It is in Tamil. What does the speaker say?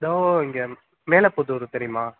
தோ இங்கே மேலப் புதூர் தெரியுமா